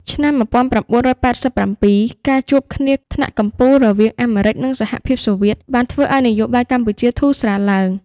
ឆ្នាំ ១៩៨៧ ការជួបគ្នាថ្នាក់កំពូលរវាង អាមេរិច និងសហភាពសូវៀតបានធ្វើឲ្យ នយោបាយកម្ពុជាធូរស្រាលឡើង។